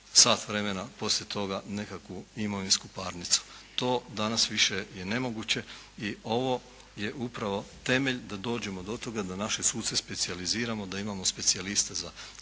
sat vremena poslije toga nekakvu imovinsku parnicu. To danas više je nemoguće i ovo je upravo temelj da dođemo do toga da naše suce specijaliziramo, da imamo specijaliste za